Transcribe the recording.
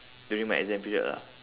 during my exam period lah